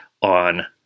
on